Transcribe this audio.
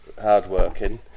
Hard-working